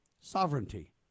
sovereignty